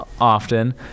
often